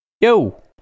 Yo